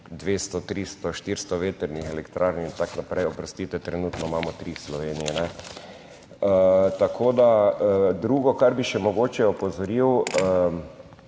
200, 300, 400 vetrnih elektrarn in tako naprej. Oprostite, trenutno imamo tri Slovenije. Drugo, kar bi še mogoče opozoril